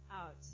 out